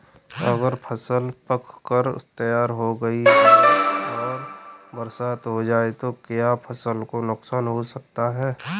अगर फसल पक कर तैयार हो गई है और बरसात हो जाए तो क्या फसल को नुकसान हो सकता है?